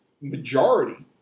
majority